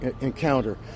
encounter